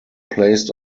placed